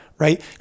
Right